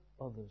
others